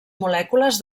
molècules